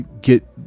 get